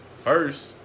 first